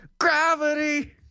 Gravity